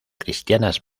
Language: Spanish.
cristianas